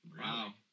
Wow